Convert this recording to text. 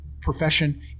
profession